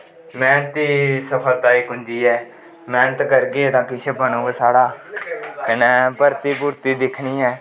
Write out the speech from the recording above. मैह्नत सफलता दी कूुजी ऐ मैह्नत करगे तां किश बनग साढ़ा कन्नै भर्थी भुर्थी दिक्खनी ऐ